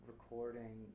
Recording